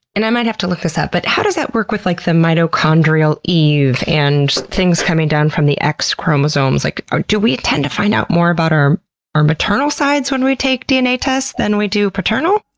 and i might have to look this up, but how does that work with like the mitochondrial eve and things coming down from the x chromosomes? like ah do we tend to find out more about our our maternal sides when we take dna tests than we do paternal?